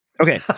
Okay